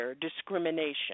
discrimination